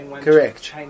Correct